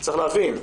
צריך להבין,